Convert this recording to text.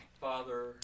Father